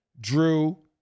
Drew